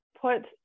put